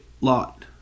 Lot